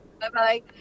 Bye-bye